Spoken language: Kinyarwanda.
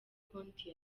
konti